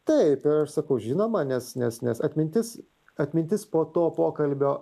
taip ir aš sakau žinoma nes nes nes atmintis atmintis po to pokalbio